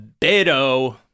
Beto